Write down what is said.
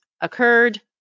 occurred